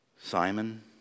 Simon